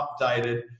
updated